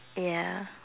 ya